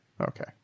Okay